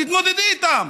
תתמודדי איתם.